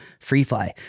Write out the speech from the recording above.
FreeFly